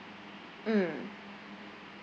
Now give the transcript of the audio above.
mm